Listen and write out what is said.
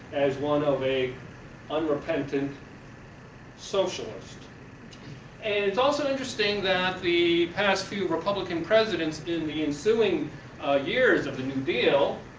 as one of a unrepentant socialist, and it's also interesting that the past few republican presidents in the ensuing years of the new deal.